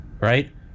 right